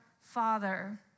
Father